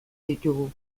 ditugu